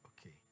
Okay